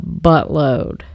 buttload